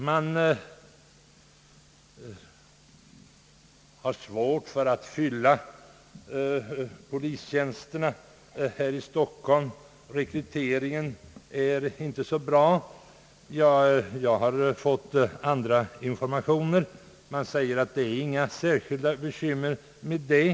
Man har svårt att fylla polistjänsterna här i Stockholm — rekryteringen går inte bra, heter det. Jag har fått andra informationer. Man säger att det är inga särskilda bekymmer med detta.